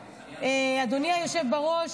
שם, אדוני היושב בראש.